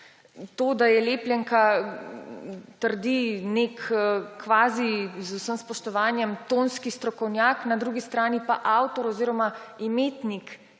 to, da je lepljeka, trdi nek kvazi, z vsem spoštovanjem, tonski strokovnjak –, na drugi strani pa avtor oziroma imetnik